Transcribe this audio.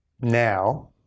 Now